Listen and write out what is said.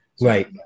Right